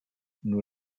nur